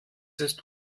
ist